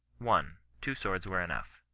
one. two swords were enough.